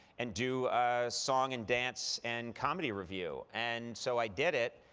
and do song, and dance, and comedy review. and so, i did it,